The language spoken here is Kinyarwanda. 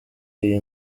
iyi